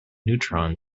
neutron